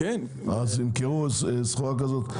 אז ימכרו סחורה כזאת,